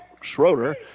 Schroeder